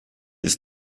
ist